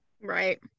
Right